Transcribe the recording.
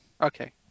Okay